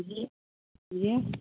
जी जी